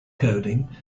coding